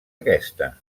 aquesta